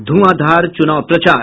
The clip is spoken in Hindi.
ध्रंआधार चुनाव प्रचार